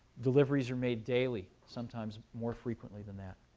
deliveries are made daily, sometimes more frequently than that.